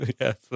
Yes